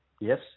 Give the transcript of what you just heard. Yes